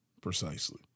Precisely